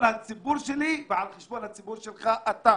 הציבור שלי ועל חשבון הציבור שלך אתה.